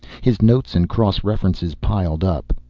his notes and cross-references piled up.